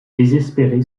désespéré